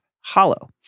Hollow